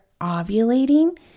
ovulating